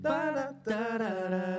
Da-da-da-da-da